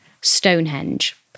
Stonehenge